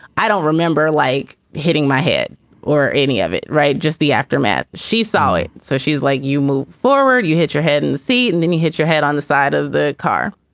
i don't remember like hitting my head or any of it. right. just the aftermath. she's solid. so she's like, you move forward. you hit your head and see. and then you hit your head on the side of the car.